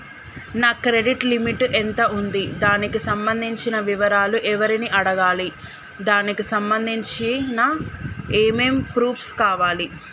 నా credit limit ఎంత ఉంది? దానికి సంబంధించిన వివరాలు ఎవరిని అడగాలి? దానికి సంబంధించిన ఏమేం ప్రూఫ్స్ కావాలి?